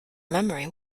memory